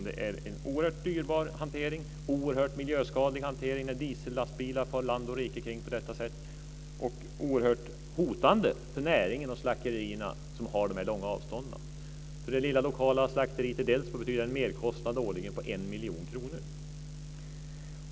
Det är en oerhört dyrbar hantering och en oerhört miljöskadlig hantering, när diesellastbilar far land och rike kring på detta sätt. Det är oerhört hotande för näringen och för de slakterier som har de långa avstånden. För det lilla lokala slakteriet i Delsbo betyder det en merkostnad årligen på 1 miljon kronor.